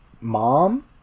mom